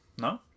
No